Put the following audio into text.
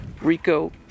Rico